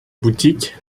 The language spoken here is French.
boutiques